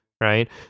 right